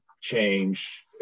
change